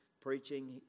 preaching